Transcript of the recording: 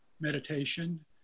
meditation